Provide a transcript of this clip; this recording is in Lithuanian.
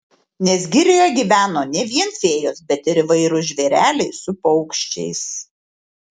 nes girioje gyveno ne vien fėjos bet ir įvairūs žvėreliai su paukščiais